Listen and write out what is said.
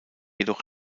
jedoch